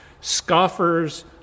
scoffers